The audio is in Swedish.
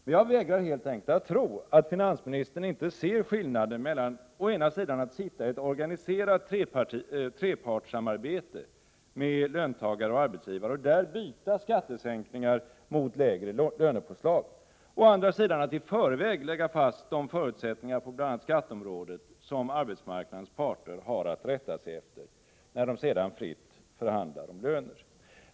Men jag vägrar helt enkelt att tro att finansministern inte ser skillnaden mellan å ena sidan att sitta i ett organiserat trepartssamarbete med löntagare och arbetsgivare och där byta skattesänkningar mot lägre lönepåslag och å andra sidan att i förväg lägga fast de förutsättningar på bl.a. skatteområdet som arbetsmarknadens parter har att rätta sig efter när de sedan fritt förhandlar om löner.